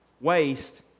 waste